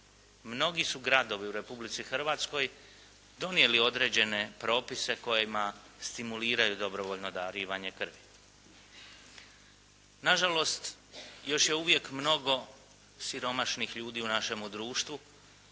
mnogi su gradovi u Republici Hrvatskoj donijeli određene propise kojima stimuliraju dobrovoljno darivanje krvi. Nažalost, još je uvijek mnogo siromašnih ljudi u našemu društvu,